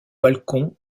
balcon